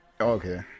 Okay